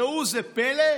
ראו איזה פלא: